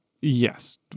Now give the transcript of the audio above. Yes